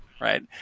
right